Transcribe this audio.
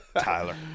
Tyler